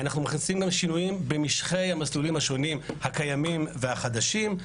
אנחנו מכניסים שינויים במשכי המסלולים השונים הקיימים והחדשים,